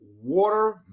water